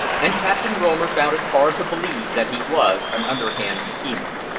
and captain romer found it hard to believe that he was an underhand schemer.